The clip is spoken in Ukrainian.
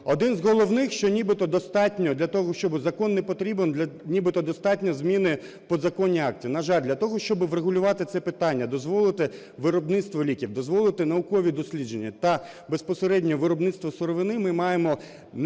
один з головних, що нібито достатньо для того, щоби, закон не потрібен, нібито достатньо зміни в підзаконні акти. На жаль, для того, щоби врегулювати це питання, дозволити виробництво ліків, дозволити наукові дослідження та безпосередньо виробництво сировини, ми маємо